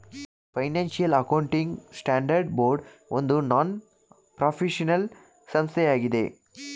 financial accounting standard board ಒಂದು non ಪ್ರಾಫಿಟ್ಏನಲ್ ಸಂಸ್ಥೆಯಾಗಿದೆ